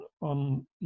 on